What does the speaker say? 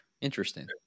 Interesting